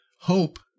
hope